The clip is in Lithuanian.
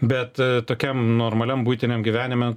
bet tokiam normaliam buitiniam gyvenime